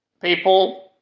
people